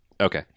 Okay